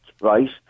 right